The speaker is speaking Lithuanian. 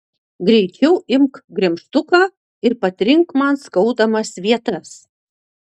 greičiau imk gremžtuką ir patrink man skaudamas vietas